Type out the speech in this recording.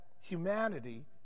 humanity